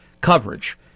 coverage